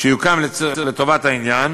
שיוקם לטובת העניין